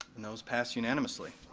and those pass unanimously.